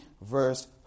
verse